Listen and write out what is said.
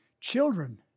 children